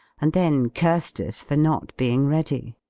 and then cursed us for not being ready.